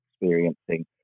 experiencing